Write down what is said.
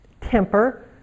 temper